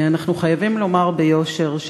ואנחנו חייבים לומר ביושר,